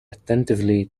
attentively